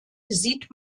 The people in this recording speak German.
sieht